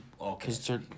okay